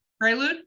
Prelude